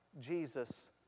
Jesus